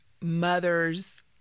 mothers